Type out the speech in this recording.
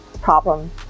problem